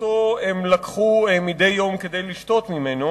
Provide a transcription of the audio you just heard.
שאותו הם לקחו מדי יום כדי לשתות ממנו.